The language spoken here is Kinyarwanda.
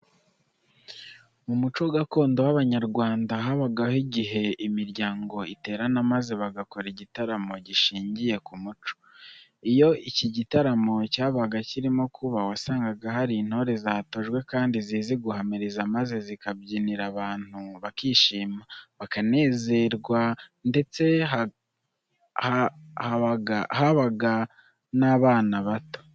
Mu muco gakondo w'Abanyarwanda habagaho igihe imiryango iterana maze bagakora igitaramo gishingiye ku muco. Iyo iki gitaramo cyabaga kirimo kuba wasangaga hari intore zatojwe kandi zizi guhamiriza maze zikabyinira abantu bakishima, bakanezerwe ndetse habaga hari n'abana bato.